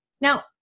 Now